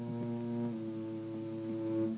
and